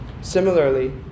Similarly